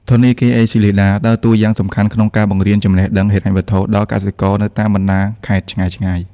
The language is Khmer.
ធនាគារ អេស៊ីលីដា (ACLEDA) ដើរតួយ៉ាងសំខាន់ក្នុងការបង្រៀនចំណេះដឹងហិរញ្ញវត្ថុដល់កសិករនៅតាមបណ្ដាខេត្តឆ្ងាយៗ។